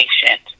patient